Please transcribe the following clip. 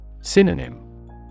Synonym